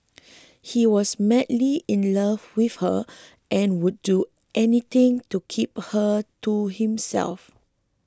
he was madly in love with her and would do anything to keep her to himself